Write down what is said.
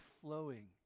flowing